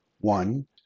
One